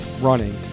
running